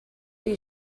you